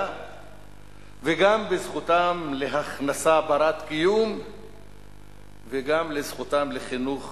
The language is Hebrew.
וגם בזכותם להכנסה בת-קיום וגם לזכותם לחינוך